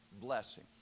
blessing